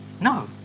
No